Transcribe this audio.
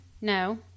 no